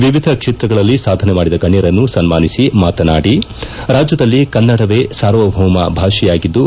ವಿವಿಧ ಕ್ಷೇತ್ರಗಳಲ್ಲಿ ಸಾಧನೆ ಮಾಡಿದ ಗಣ್ದರನ್ನು ಸನ್ನಾಸಿ ಮಾತನಾಡಿದ ಅವರು ರಾಜ್ಯದಲ್ಲಿ ಕನ್ನಡವೇ ಸಾರ್ವಭೌಮ ಭಾಷೆಯಾಗಿದ್ದು